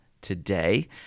today